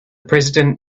president